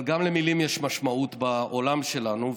אבל גם למילים יש משמעות בעולם שלנו,